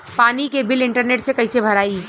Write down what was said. पानी के bill internet से कइसे भराई?